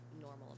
normal